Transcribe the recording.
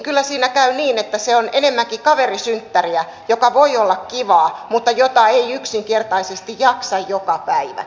kyllä siinä käy niin että se on enemmänkin kaverisynttäriä joka voi olla kivaa mutta jota ei yksinkertaisesti jaksa joka päivä